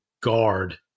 guard